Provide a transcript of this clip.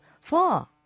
Four